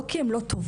לא כי הן לא טובות,